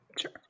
Sure